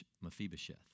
Mephibosheth